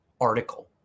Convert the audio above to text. article